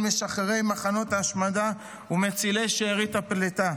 משחררי מחנות ההשמדה ומצילי שארית הפליטה.